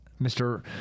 Mr